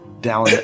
down